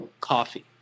coffee